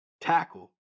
tackle